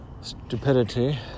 stupidity